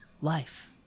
life